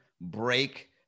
break